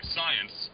science